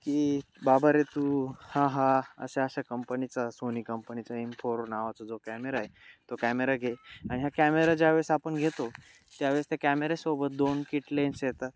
की बाबा रे तू हा हा अशा अशा कंपनीचा सोनी कंपनीचा एम फोर नावाचा जो कॅमेरा आहे तो कॅमेरा घे आणि हा कॅमेरा ज्यावेेळेस आपण घेतो त्यावेळेस त्या कॅमेऱ्यासोबत दोन कीट लेन्स येतात